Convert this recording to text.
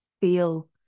feel